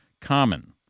common